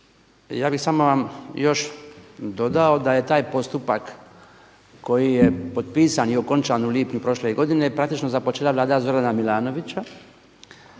Ja bih samo vam još dodao da je taj postupak koji je potpisan i okončan u lipnju prošle godine praktički započela Vlada Zorana Milanovića,